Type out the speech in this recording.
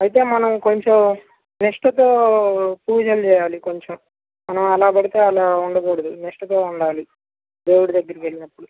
అయితే మనం కొంచెం నిష్టతో పూజలు చేయాలి కొంచెం మనం ఎలా పడితే అలా ఉండకూడదు నిష్టతో ఉండాలి దేవుడి దగ్గరికి వెళ్ళినప్పుడు